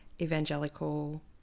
evangelical